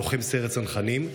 לוחם סיירת צנחנים,